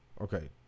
Okay